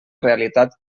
realitat